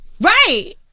Right